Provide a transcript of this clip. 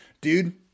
dude